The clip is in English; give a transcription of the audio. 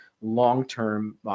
long-term